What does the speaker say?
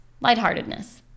lightheartedness